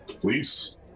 Please